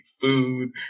food